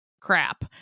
crap